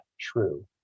true